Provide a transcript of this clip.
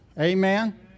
amen